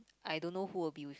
I don't know who will be with